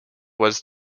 was